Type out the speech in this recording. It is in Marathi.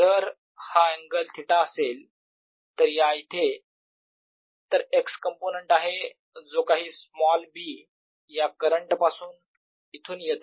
जर हा अँगल थिटा असेल तर या इथे तर x कंपोनेंट असणार आहे जो काही स्मॉल B या करंट पासून इथून येत आहे